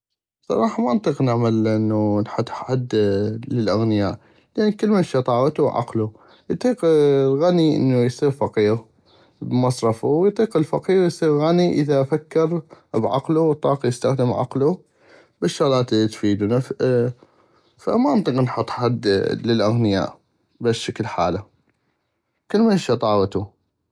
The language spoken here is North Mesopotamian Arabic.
بصراحة ما انطيق نعمل نحد حد للاغنياء لان كلمن شطاغتو وعقلو اطيق الغني انو اصيغ فقيغ بمصرفو واطيق الفقيغ اصيغ غني اذا فكر بعقلو وطاق يستخدم عقلو بل الشغلات الي تفيدو فما نطيق نحط حد للاغنياء بهشكل حالة كلمن شطاغتو.